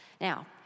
Now